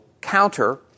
counter